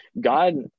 God